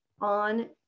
on